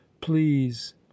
please